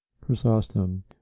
Chrysostom